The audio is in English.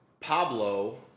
Pablo